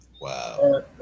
Wow